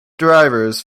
drivers